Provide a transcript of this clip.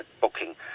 booking